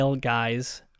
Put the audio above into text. Guys